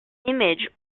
image